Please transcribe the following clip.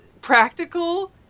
practical